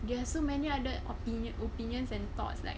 there are so many other opinion opinions and thoughts like